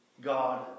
God